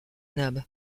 nab